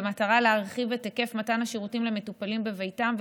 במטרה להרחיב את היקף מתן השירותים למטופלים בביתם,